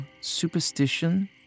superstition